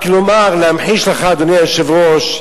רק לומר, להמחיש לך, אדוני היושב-ראש,